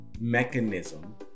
mechanism